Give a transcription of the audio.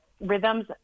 rhythms